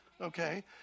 okay